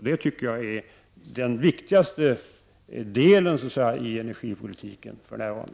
Det är den viktigaste delen i energipolitiken för närvarande.